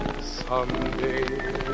Someday